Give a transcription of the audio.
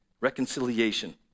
Reconciliation